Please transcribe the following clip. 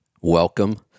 Welcome